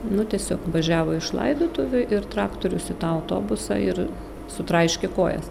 nu tiesiog važiavo iš laidotuvių ir traktorius į tą autobusą ir sutraiškė kojas